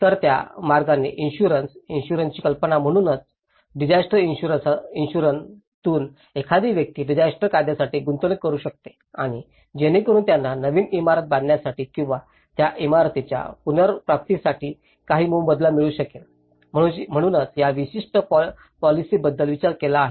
तर त्या मार्गाने इन्शुरन्स इन्शुरन्सची कल्पना म्हणूनच डिसायस्टर इन्शुरन्सतून एखादी व्यक्ती डिसायस्टर कायद्यासाठी गुंतवणूक करू शकते आणि जेणेकरून त्यांना नवीन इमारत बांधण्यासाठी किंवा त्या इमारतीच्या पुनर्प्राप्तीसाठी काही मोबदला मिळू शकेल म्हणूनच या विशिष्ट पॉलिसीबद्दल विचार केला आहे